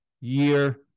year